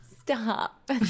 Stop